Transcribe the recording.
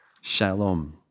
shalom